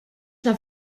naf